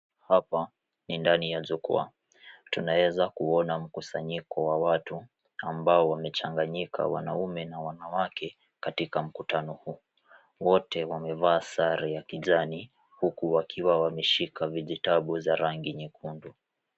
Hapa ni ndani ya jukwaa. Tunaweza kuona mkusanyiko wa watu ambao wamechanganyika wanaume na wanawake katika mkutano huu. Wote wamevaa sare ya kijani huku wakiwa wameshika vijitabu vya rangi nyingi